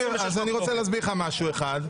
אז אני רוצה להסביר לך משהו אחד,